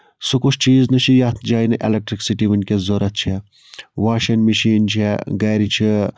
سُہ کُس چیٖز چھُ یَتھ جایہِ نہٕ اٮ۪لیکٹرکسٹی وٕنکیٚس ضوٚرتھ چھِ واشِنگ مِشیٖن چھِ گرِ چھِ